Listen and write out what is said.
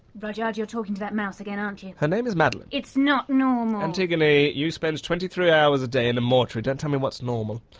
rudyard! you're talking to that mouse again, aren't you? her name is madeleine. it's not normal. antigone, you spend twenty-three hours a day in a mortuary don't tell me what's normal.